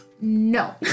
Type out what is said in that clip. no